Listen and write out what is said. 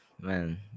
man